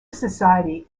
society